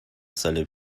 سال